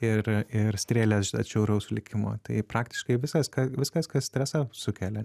ir ir strėlės atšiauraus likimo tai praktiškai viskas ką viskas kas stresą sukelia